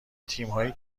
تیمهایی